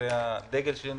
נושא הדגל שלי,